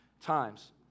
times